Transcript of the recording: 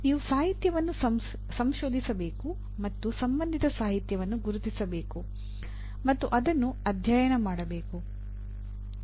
ನೀವು ಸಾಹಿತ್ಯವನ್ನು ಸಂಶೋಧಿಸಬೇಕು ಮತ್ತು ಸಂಬಂಧಿತ ಸಾಹಿತ್ಯವನ್ನು ಗುರುತಿಸಬೇಕು ಮತ್ತು ಅದನ್ನು ಅಧ್ಯಯನ ಮಾಡಬೇಕು